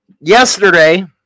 Yesterday